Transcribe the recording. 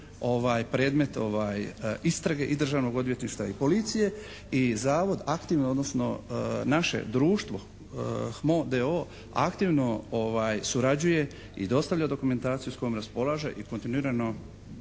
predmet istrage i Državnog odvjetništva i policije i zavod aktivno odnosno naše društvo HMO d.o.o. aktivno surađuje i dostavlja dokumentaciju s kojom raspolaže i kontinuirano